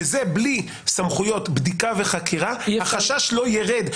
בזה בלי סמכויות בדיקה וחקירה החשש לא יירד.